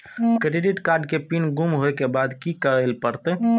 Credit card के PIN गुम होय के बाद की करै ल परतै?